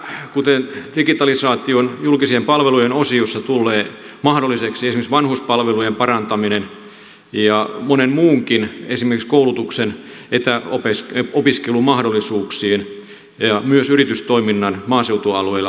tällä kuten digitalisaation julkisten palvelujen osiossa tulee mahdolliseksi esimerkiksi vanhuspalvelujen parantaminen ja monen muunkin esimerkiksi koulutuksen etäopiskelumahdollisuuksien ja myös yritystoiminnan parantaminen maaseutualueilla